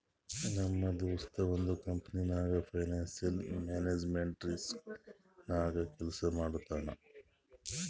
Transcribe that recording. ನಮ್ ದೋಸ್ತ ಒಂದ್ ಕಂಪನಿನಾಗ್ ಫೈನಾನ್ಸಿಯಲ್ ಮ್ಯಾನೇಜ್ಮೆಂಟ್ ರಿಸ್ಕ್ ನಾಗೆ ಕೆಲ್ಸಾ ಮಾಡ್ತಾನ್